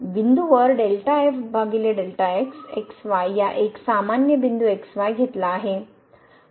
बिंदूवर x y या एक सामान्य बिंदू x y घेतला आहे